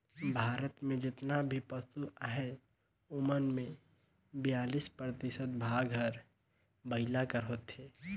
भारत में जेतना भी पसु अहें ओमन में बियालीस परतिसत भाग हर बइला कर होथे